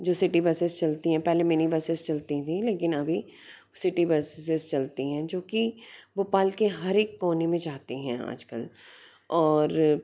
जो city buses चलती हैं पहले मिनी बसेस चलती थीं लेकिन अभी सिटी बसेस चलती हैं जो कि भोपाल के हर एक कोने में जाती हैं आज कल और